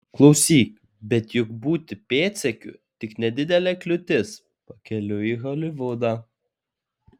klausyk bet juk būti pėdsekiu tik nedidelė kliūtis pakeliui į holivudą